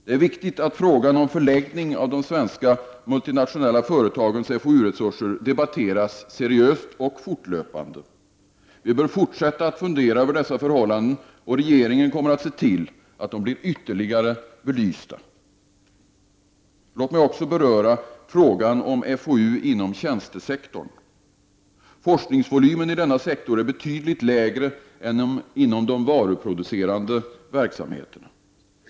Det är viktigt att frågan om förläggningen av de svenska multinationella företagens FoU-resurser debatteras seriöst och fortlöpande. Vi bör fortsätta att fundera över dessa förhållanden, och regeringen kommer att se till att de blir ytterligare belysta. Låt mig också beröra frågan om FoU inom tjänstesektorn. Forskningsvolymen i denna sektor är betydligt lägre än inom den varuproducerade verksamheten.